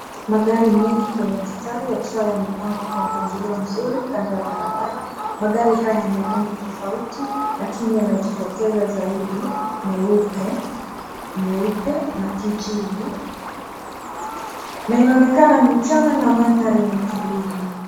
Mgari mengi kwenye msitari yakiwa yamepangwa kwenye mpangilio mzuri kando ya barabara, magari haya ni ya rangi tofauti lakini yanajitokeza zaidi meupe, nyeupe na kijivu na inaonekana ni mchana na maanthari ni tulivu.